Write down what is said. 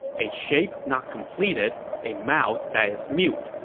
a shape not completed a mouth that is mute.